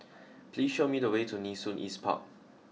please show me the way to Nee Soon East Park